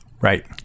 Right